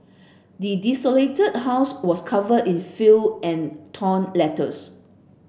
the desolated house was covered in filth and torn letters